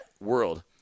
world